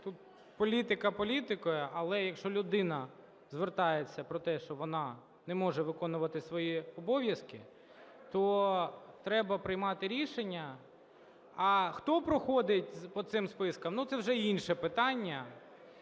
тут політика політикою, але якщо людина звертається про те, що вона не може виконувати свої обов'язки, то треба приймати рішення, а хто проходить по цих списках – ну, це вже інше питання.